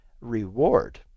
reward